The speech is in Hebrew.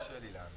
קשה לי להאמין.